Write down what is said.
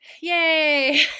Yay